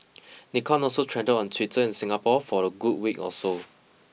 Nikon also trended on Twitter in Singapore for a good week or so